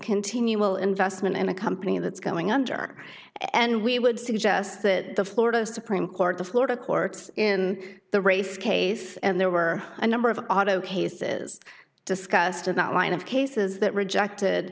continual investment in a company that's going under and we would suggest that the florida supreme court the florida courts in the race case and there were a number of auto cases discussed and not line of cases that rejected